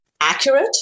accurate